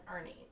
earning